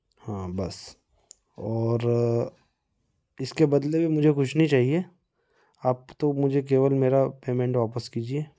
हाँ बस और इसके बदले भी मुझे कुछ नहीं चाहिए आप तो मुझे केवल मेरा पेमेंट वापस कीजिए